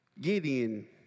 Gideon